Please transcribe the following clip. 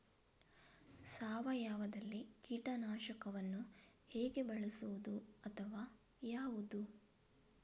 ಸಾವಯವದಲ್ಲಿ ಕೀಟನಾಶಕವನ್ನು ಹೇಗೆ ಬಳಸುವುದು ಅಥವಾ ಯಾವುದು?